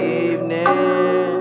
evening